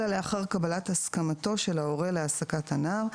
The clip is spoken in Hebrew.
אלא לאחר קבלת הסכמתו של ההורה להעסקת הנער.